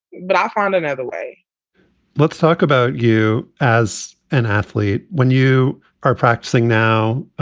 but i find another way let's talk about you as an athlete when you are practicing now,